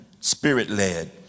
spirit-led